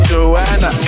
Joanna